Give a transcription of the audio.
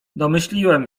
domyśliłem